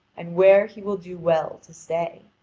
and where he will do well to stay.